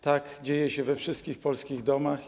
Tak dzieje się we wszystkich polskich domach.